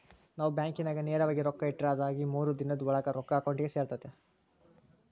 ನಾವು ಬ್ಯಾಂಕಿನಾಗ ನೇರವಾಗಿ ರೊಕ್ಕ ಇಟ್ರ ಅದಾಗಿ ಮೂರು ದಿನುದ್ ಓಳಾಗ ರೊಕ್ಕ ಅಕೌಂಟಿಗೆ ಸೇರ್ತತೆ